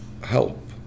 help